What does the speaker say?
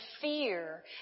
fear